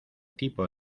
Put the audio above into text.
tipo